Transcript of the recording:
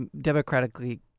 democratically